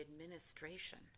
administration